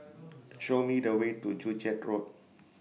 Show Me The Way to Joo Chiat Road